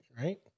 right